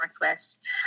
northwest